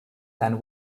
than